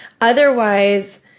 Otherwise